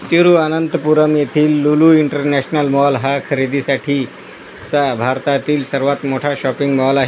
तिरूअनंतपुरम येथील Lulu international mall हा खरेदीसाठीचा भारतातील सर्वात मोठा शॉपिंग मॉल आहे